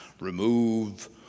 Remove